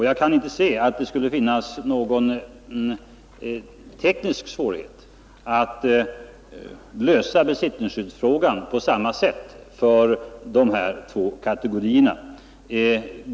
Jag kan inte se att det skulle finnas någon teknisk svårighet att lösa besittningsskyddsfrågan på samma sätt för de här två kategorierna.